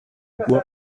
cyangwa